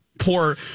poor